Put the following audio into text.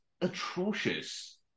atrocious